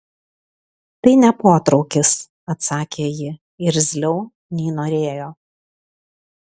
tai ne potraukis atsakė ji irzliau nei norėjo